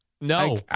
No